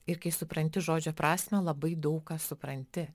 ir kai supranti žodžio prasmę labai daug ką supranti